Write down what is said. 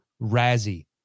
Razzie